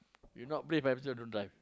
if not brave might as well don't drive